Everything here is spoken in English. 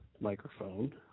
microphone